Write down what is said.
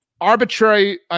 arbitrary